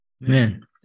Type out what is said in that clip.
man